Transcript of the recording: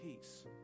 peace